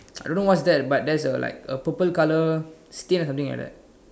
I don't know what's that but there's like a purple colour stain or something like that